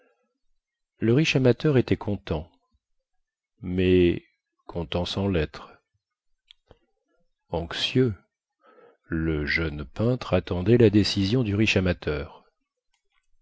le riche amateur était content mais content sans lêtre anxieux le jeune peintre attendait la décision du riche amateur